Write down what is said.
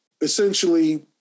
essentially